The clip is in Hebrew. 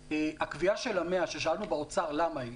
הקביעה של ה-100, ששאלנו באוצר למה היא